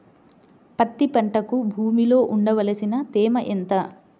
పత్తి పంటకు భూమిలో ఉండవలసిన తేమ ఎంత?